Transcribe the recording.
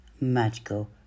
magical